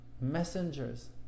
messengers